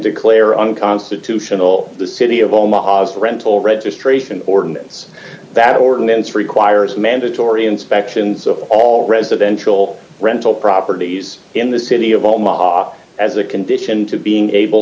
declare unconstitutional the city of omaha's rental registration ordinance that ordinance requires mandatory inspections of all residential rental properties in the city of all ma as a condition to being able